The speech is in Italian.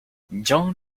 john